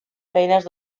feines